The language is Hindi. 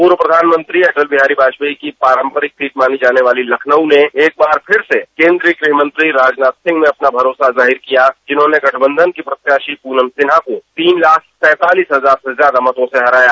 पूर्व प्रधानमंत्री अटल बिहारी वाजपेयी की पारंपरिक सीट मानी जाने वाली लखनऊ ने एक बार फिर से केन्द्री य गृह मंत्री राजनाथ सिंह में अपना भरोसा जाहिर किया जिन्होंरने गठबंधन की प्रत्यातशी पूनम सिन्हाा को तीन लाख पैंतालीस हजार से ज्यादा मतों से हराया